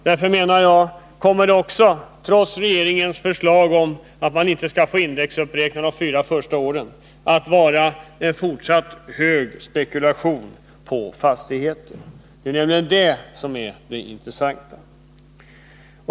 Därför kommer det, menar jag — trots regeringens förslag om att man inte skall få indexuppräkna de fyra första åren — att vara en fortsatt hög spekulation på fastigheter. Det är nämligen det som är det intressanta.